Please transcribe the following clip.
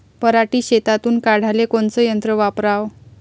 पराटी शेतातुन काढाले कोनचं यंत्र वापराव?